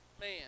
man